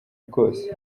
rwose